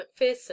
McPherson